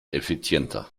effizienter